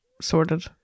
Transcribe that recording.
sorted